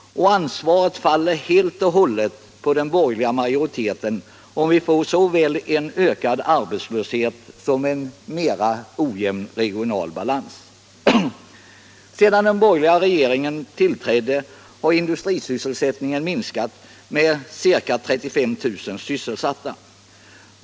Ansvaret faller helt och hållet på den borgerliga majoriteten, om vi får såväl en ökning av arbetslösheten som en ojämnare regional balans. Sedan den borgerliga regeringen tillträtt har industrisysselsättningen minskat med ca 35 000 sysselsatta.